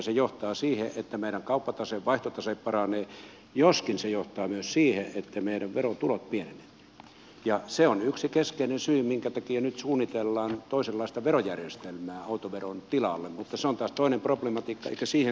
se johtaa siihen että meidän kauppatase vaihtotase paranee joskin se johtaa myös siihen että meidän verotulot pienenevät ja se on yksi keskeinen syy minkä takia nyt suunnitellaan toisenlaista verojärjestelmää autoveron tilalle mutta se on taas toinen problematiikka eikä siihen kannata mennä